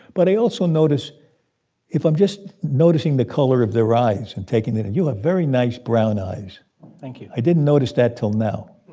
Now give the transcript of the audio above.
but i also notice if i'm just noticing the color of their eyes and taking that in you have very nice brown eyes thank you i didn't notice that till now.